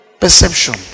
perception